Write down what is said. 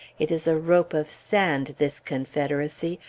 it is a rope of sand, this confederacy,